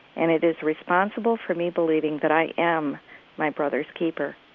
and it is responsible for me believing that i am my brother's keeper.